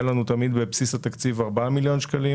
לנו תמיד בבסיס התקציב 4 מיליון שקלים